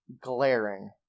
glaring